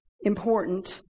important